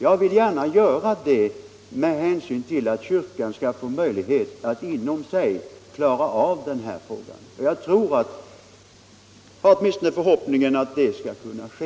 Jag vill gärna göra det med hänsyn till att kyrkan skall få möjlighet att inom sig klara av den här frågan. Jag tror eller har åtminstone förhoppningen att det skall kunna ske.